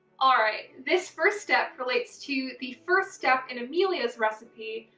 all right, this first step relates to the first step in amelia's recipe,